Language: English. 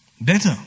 Better